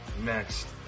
next